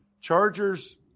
Chargers